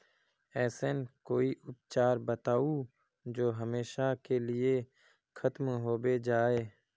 ऐसन कोई उपचार बताऊं जो हमेशा के लिए खत्म होबे जाए?